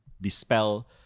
dispel